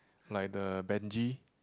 like the Benji